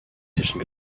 tischen